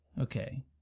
Okay